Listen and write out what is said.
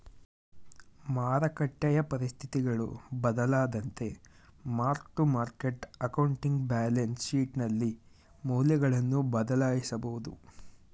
ಮಾರಕಟ್ಟೆಯ ಪರಿಸ್ಥಿತಿಗಳು ಬದಲಾದಂತೆ mark to market accounting balance ಶೀಟ್ನಲ್ಲಿ ಮೌಲ್ಯಗಳನ್ನು ಬದಲಾಯಿಸಬಹುದು